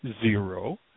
zero